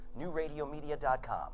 NewRadioMedia.com